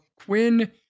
Quinn